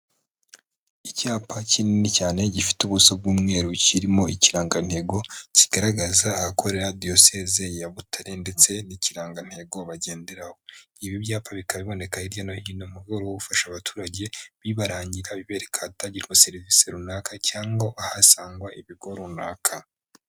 Icyapa kinini cyane gifite ubuso bw'umweru kirimo ikirangantego kigaragaza ahakorera diyose ya Butare ndetse n'ikirangantego bagenderaho. Ibi byapa bikaba biboneka hirya no hino mu rwego rwo gufasha abaturage bibarangira bibereka ahatangirwa serivisi runaka cyangwa ahasangwa ibigo runaka.